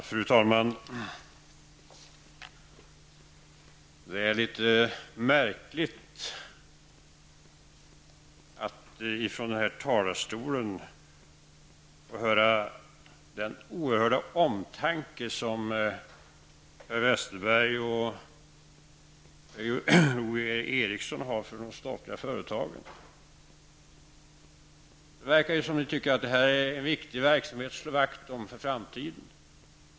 Fru talman! Det är litet märkligt att få höra vilken oerhörd omtanke om de statliga företagen som Per Westerberg och Per-Ola Eriksson från denna talarstol ger uttryck för. Det verkar ju som om ni tycker att det gäller en viktig verksamhet att slå vakt om för framtiden.